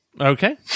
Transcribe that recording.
Okay